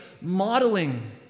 modeling